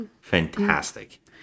fantastic